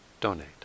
donate